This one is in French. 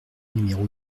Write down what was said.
numéro